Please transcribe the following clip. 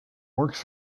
works